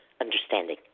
understanding